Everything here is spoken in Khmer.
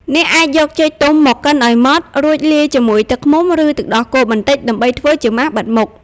អ្នកអាចយកចេកទុំមកកិនឲ្យម៉ដ្ឋ រួចលាយជាមួយទឹកឃ្មុំ ឬទឹកដោះគោបន្តិចដើម្បីធ្វើជាម៉ាសបិទមុខ។